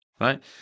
right